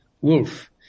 Wolf